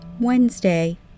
Wednesday